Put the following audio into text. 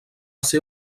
ser